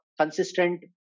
consistent